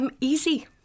Easy